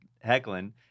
heckling